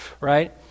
right